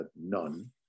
none